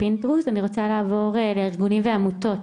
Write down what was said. אני רוצה לעבור לארגונים ועמותות.